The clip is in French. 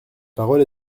parole